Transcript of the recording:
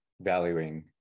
valuing